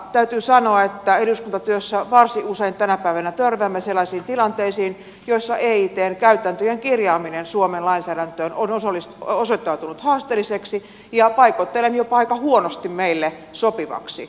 täytyy sanoa että eduskuntatyössä varsin usein tänä päivänä törmäämme sellaisiin tilanteisiin joissa eitn käytäntöjen kirjaaminen suomen lainsäädäntöön on osoittautunut haasteelliseksi ja paikoitellen jopa aika huonosti meille sopivaksi